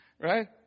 right